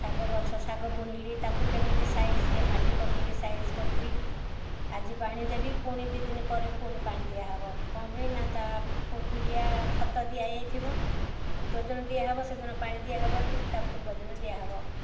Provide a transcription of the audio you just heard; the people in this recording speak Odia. ଶାଗ ଗଛ ଶାଗ ବୁଣିଲି ତାକୁ କେମିତି ସାଇଜ୍ରେ ମାଟି ପକାଇକି ସାଇଜ୍ କରିବି ଆଜି ପାଣି ଦେବି ପୁଣି ଦୁଇ ଦିନ ପରେ ପୁଣି ପାଣି ଦିଆହେବ କ'ଣ ପାଇଁ ନା ତାକୁ ପିଡ଼ିଆ ଖତ ଦିଆଯାଇଥିବ ଯେଉଁଦିନ ଦିଆହେବ ସେଦିନ ପାଣି ଦିଆହେବନି ତା' ପୂର୍ବଦିନ ଦିଆହେବ